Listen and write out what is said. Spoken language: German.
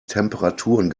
temperaturen